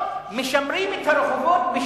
מבקש ממני להגן עליך אם היו מפריעים לך.